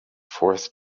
forth